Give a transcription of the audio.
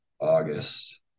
August